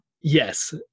Yes